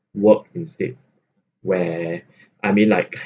work instead where I mean like